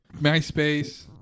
MySpace